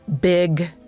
big